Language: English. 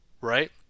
right